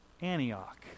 Antioch